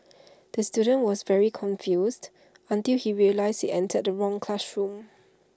the student was very confused until he realised he entered the wrong classroom